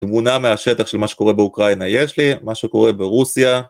תמונה מהשטח של מה שקורה באוקראינה יש לי, מה שקורה ברוסיה